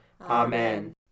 Amen